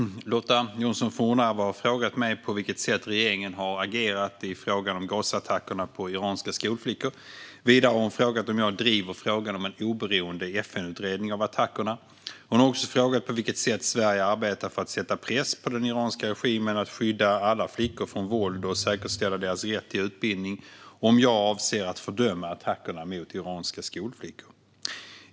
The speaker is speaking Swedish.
Herr talman! Lotta Johnsson Fornarve har frågat mig på vilket sätt regeringen har agerat i frågan om gasattackerna på iranska skolflickor. Vidare har hon frågat om jag driver frågan om en oberoende FN-utredning av attackerna. Hon har också frågat på vilket sätt Sverige arbetar för att sätta press på den iranska regimen att skydda alla flickor från våld och säkerställa deras rätt till utbildning och om jag avser att fördöma attackerna mot iranska skolflickor.